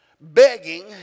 begging